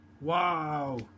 Wow